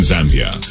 Zambia